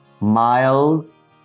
Miles